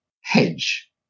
hedge